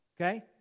okay